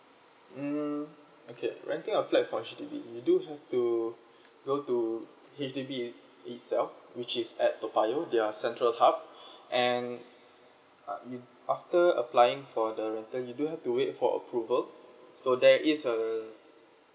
mm okay renting a flat from H_D_B you do have to go to H_D_B it~ itself which is at toa payoh they're the central hub and uh you after applying for the rental you do have to wait for approval so there is a